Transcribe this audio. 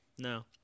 No